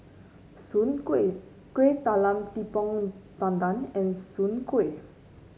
Soon Kway Kuih Talam Tepong Pandan and Soon Kway